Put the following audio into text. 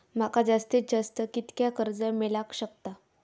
माका जास्तीत जास्त कितक्या कर्ज मेलाक शकता?